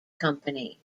company